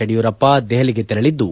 ಯಡಿಯೂರಪ್ಪ ದೆಹಲಿಗೆ ತೆರಳಿದ್ದು